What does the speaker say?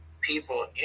people